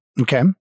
Okay